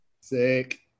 sick